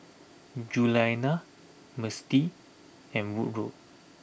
Julianna Mistie and Woodroe